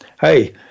hey